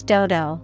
Dodo